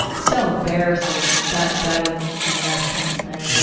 so embarrassing, that that and enmeshment thing, yeah